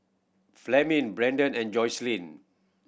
Fleming Brendan and Joslyn